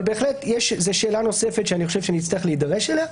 זו שאלה נוספת שנצטרך להידרש אליה.